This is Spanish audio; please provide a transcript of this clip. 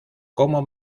como